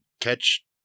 catch